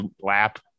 lap